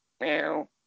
Meow